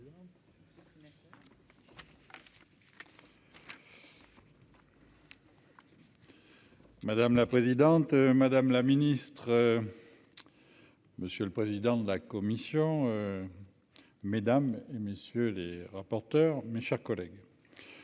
Madame la présidente, madame la ministre, monsieur le président de la commission, mesdames et messieurs les rapporteurs, mes chers collègues,